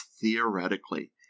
theoretically